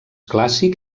clàssic